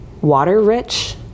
water-rich